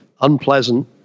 unpleasant